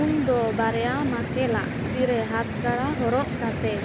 ᱩᱱᱫᱚ ᱵᱟᱨᱭᱟ ᱢᱟᱠᱮᱞᱟᱜ ᱛᱤ ᱨᱮ ᱦᱟᱛ ᱠᱟᱬᱟ ᱦᱚᱨᱚᱜ ᱠᱟᱛᱮ